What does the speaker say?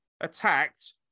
attacked